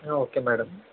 okay madam